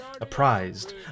apprised